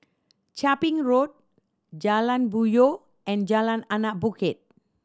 Chia Ping Road Jalan Puyoh and Jalan Anak Bukit